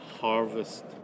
harvest